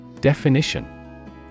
Definition